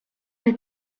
est